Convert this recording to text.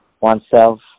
oneself